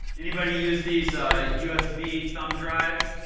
anybody used these usb thumb drives?